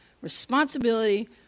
responsibility